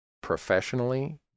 professionally